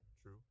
true